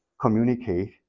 communicate